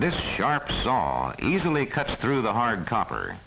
this sharp saw easily cuts through the hard cop